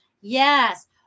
Yes